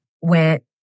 went